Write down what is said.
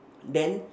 then